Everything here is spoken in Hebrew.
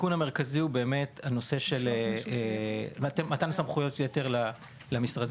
שהתיקון המרכזי הוא הנושא של מתן סמכויות יתר למשרדים.